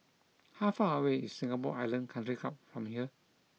how far away is Singapore Island Country Club from here